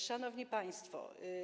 Szanowni Państwo!